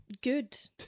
good